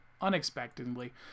unexpectedly